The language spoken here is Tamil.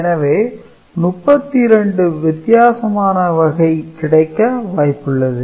எனவே 32 வித்தியாசமான வகை கிடைக்க வாய்ப்பு உள்ளது